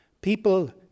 People